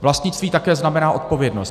Vlastnictví také znamená odpovědnost.